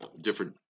different